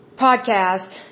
podcast